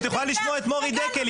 את יכולה לשמוע את מורי דקל.